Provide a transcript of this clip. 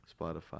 Spotify